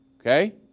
Okay